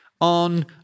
on